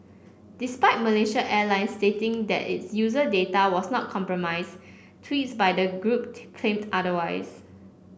despite Malaysia Airlines stating that its user data was not compromised tweets by the group claimed otherwise